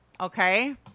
Okay